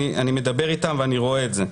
אני מדבר איתם ואני רואה את זה.